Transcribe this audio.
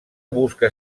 busca